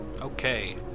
Okay